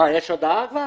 יש הודעה כבר?